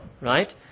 right